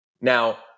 Now